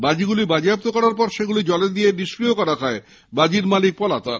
বাজি গুলি বাজেয়াপ্ত করার পর সেগুলি জল দিয়ে নিষ্ক্রিয় করা হয় বাজির মালিক পলাতক